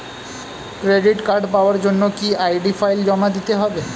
Credit card পাওয়ার জন্য কি আই.ডি ফাইল জমা দিতে হবে?